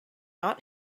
not